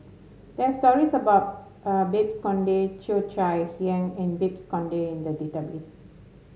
there are stories about uh Babes Conde Cheo Chai Hiang and Babes Conde in the database